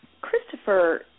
Christopher